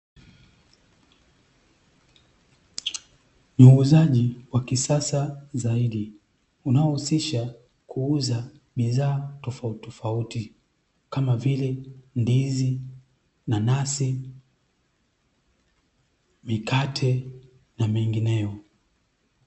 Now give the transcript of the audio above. Ni uuzaji wa kisasa zaidi, unaohusisha kuuza bidhaa tofautitofauti kama vile ndizi, nanasi, mikate na mengineyo.